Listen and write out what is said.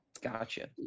Gotcha